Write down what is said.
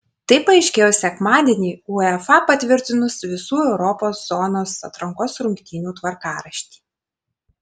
tai paaiškėjo sekmadienį uefa patvirtinus visų europos zonos atrankos rungtynių tvarkaraštį